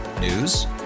News